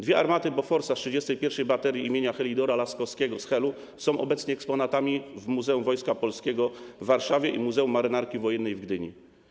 Dwie armaty Boforsa z 31. Baterii im. Heliodora Laskowskiego z Helu są obecnie eksponatami w Muzeum Wojska Polskiego w Warszawie i Muzeum Marynarki Wojennej w Gdyni.